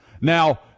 now